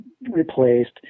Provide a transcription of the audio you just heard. replaced